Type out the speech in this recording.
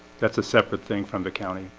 that's a separate thing from the county.